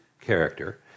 character